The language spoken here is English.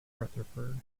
rutherford